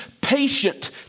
patient